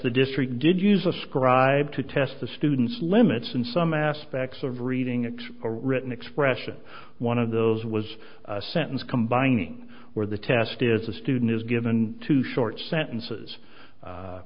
the district did use a scribe to test the student's limits in some aspects of reading x a written expression one of those was a sentence combining where the test is the student is given two short sentences